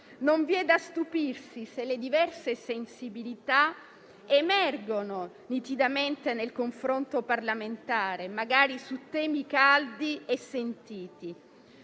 non vi è da stupirsi se le diverse sensibilità emergono nitidamente nel confronto parlamentare, magari su temi caldi e sentiti,